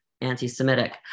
anti-Semitic